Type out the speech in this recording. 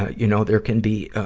you know, there can be, ah,